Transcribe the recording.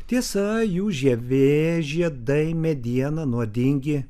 tiesa jų žievė žiedai mediena nuodingi